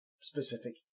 specific